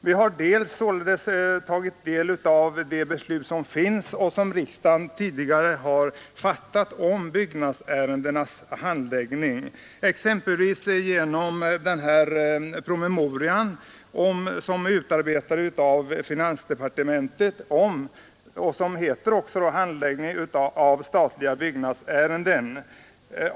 Vi har oc studerat de beslut som riksdagen tidigare har fattat om byggnadsärendenas handläggning, exempelvis i en promemoria som är utarbetad av finans departementet och som heter ”Handläggning av statliga byggnadsärenden”.